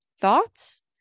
thoughts